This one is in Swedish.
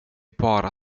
bara